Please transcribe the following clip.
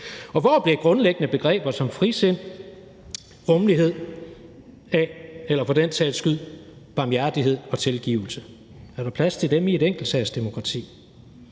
Og hvor bliver grundlæggende begreber som frisind og rummelighed af eller for den sags skyld barmhjertighed og tilgivelse? Er der plads til dem i et enkeltsagsdemokrati?